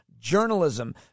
journalism